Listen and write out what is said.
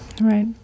Right